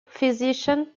physician